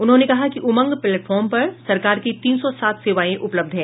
उन्होंने कहा कि उमंग प्लेटफॉर्म पर सरकार की तीन सौ सात सेवाएं उपलब्ध हैं